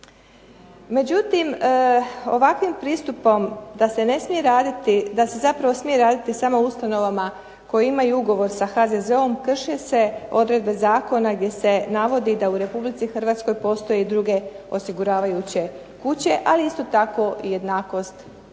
ne smije raditi, da se zapravo smije raditi samo u ustanovama koje imaju ugovor sa HZZO-om krše se odredbe zakona gdje se navodi da u Republici Hrvatskoj postoje i druge osiguravajuće kuće, ali isto tako i jednakost